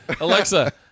Alexa